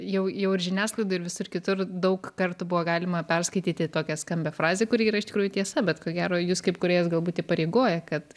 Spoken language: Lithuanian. jau jau ir žiniasklaidoj ir visur kitur daug kartų buvo galima perskaityti tokią skambią frazę kuri yra iš tikrųjų tiesa bet ko gero jus kaip kūrėjas galbūt įpareigoja kad